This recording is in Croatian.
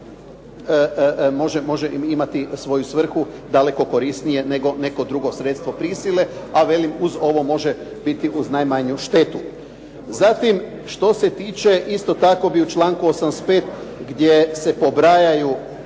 može imati svoju svrhu daleko korisnije nego neko drugo sredstvo prisile, a velim uz ovo može biti uz najmanju štetu. Zatim, što se tiče, isto tako bi u članku 85. gdje se pobrajaju